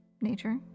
nature